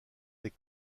les